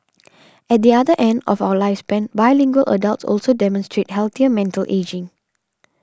at the other end of our lifespan bilingual adults also demonstrate healthier mental ageing